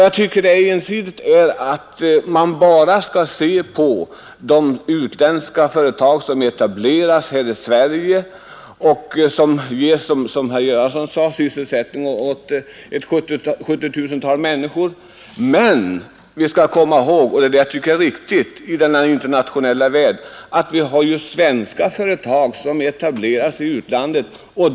Jag tycker att det är ensidigt att man bara skall se på de utländska företag som etablerar sig här i Sverige och som ger som herr Göransson sade sysselsättning åt ca 70 000 människor. Vi skall komma ihåg — det tycker jag är viktigt i denna internationella värld — att vi har svenska företag som etablerar sig i utlandet.